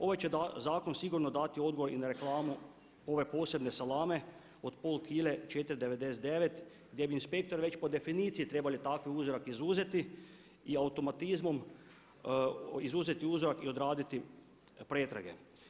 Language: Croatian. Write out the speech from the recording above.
Ovaj će zakon sigurno dati odgovor i na reklamu ove posebne salame od pola kile 4,99 gdje bi inspektor već po definiciji trebali takav uzorak izuzeti i automatizmom izuzeti uzorak i odraditi pretrage.